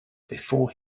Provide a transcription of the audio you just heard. before